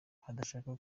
adashaka